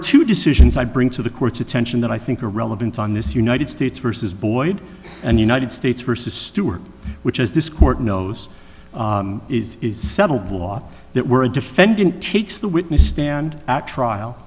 two decisions i bring to the court's attention that i think are relevant on this united states versus boyd and united states versus stewart which is this court knows is is settled law that were a defendant takes the witness stand at trial